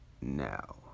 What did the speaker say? now